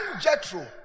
Jethro